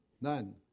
None